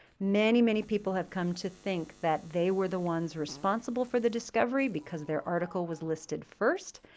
many, many people have come to think that they were the ones responsible for the discovery because their article was listed first,